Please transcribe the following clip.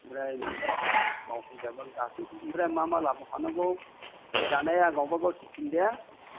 ओमफ्राय बिदिनो मावफुंजोब दे गासिखौबो ओमफ्राय मा मा लाबोफानांगौ जानाया गावबा गाव सिफिनि दे